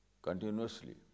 continuously